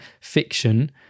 fiction